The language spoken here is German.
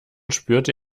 spürte